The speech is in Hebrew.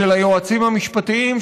של היועצים המשפטיים,